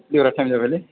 time जाबायलै